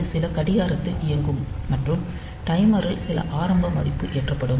இது சில கடிகாரத்தில் இயங்கும் மற்றும் டைமரில் சில ஆரம்ப மதிப்பு ஏற்றப்படும்